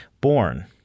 born